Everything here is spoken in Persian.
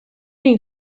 این